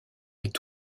est